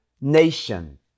nation